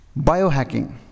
biohacking